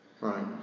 right